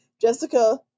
Jessica